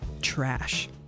trash